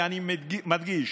ואני מדגיש,